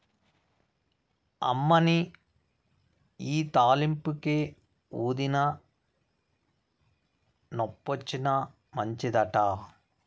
అమ్మనీ ఇయ్యి తాలింపుకే, ఊదినా, నొప్పొచ్చినా మంచిదట